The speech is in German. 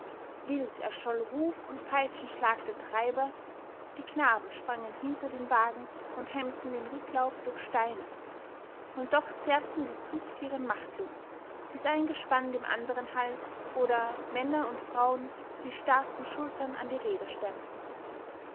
wild erscholl ruf und peitschenschlag der treiber die knaben sprangen hinter den wagen und hemmten den rücklauf durch steine und doch zerrten die zugtiere machtlos bis ein gespann dem anderen half oder männer und frauen die starken schultern an die räder stemmten